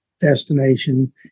destination